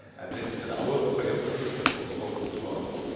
and then you said, however, for emphasis, and then you spoke for two hours.